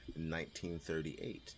1938